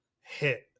hit